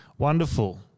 Wonderful